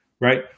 right